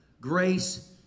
grace